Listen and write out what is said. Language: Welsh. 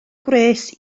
gwres